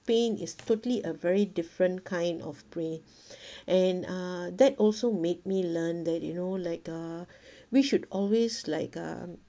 pain is totally a very different kind of prey and uh that also made me learn that you know like uh we should always like um